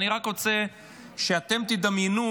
אני רק רוצה שאתם תדמיינו,